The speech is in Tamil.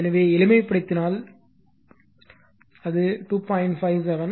எனவே எளிமைப்படுத்தினால் அது 2